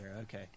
Okay